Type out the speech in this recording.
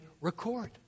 record